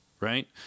right